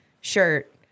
shirt